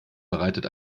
bereitet